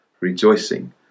rejoicing